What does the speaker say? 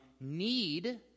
Need